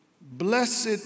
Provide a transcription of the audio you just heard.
blessed